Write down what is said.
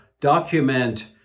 document